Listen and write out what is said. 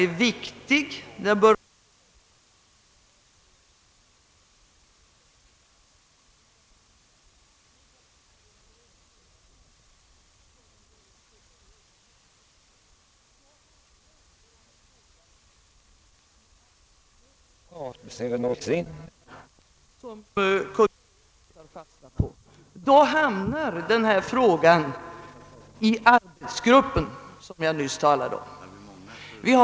Om Kungl. Maj:t tar fasta på alternativet med kompletterande undersökningar, är jag rädd för att denna fråga kommer att hamna i den arbetsgrupp som jag nyss talade om.